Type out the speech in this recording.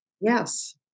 Yes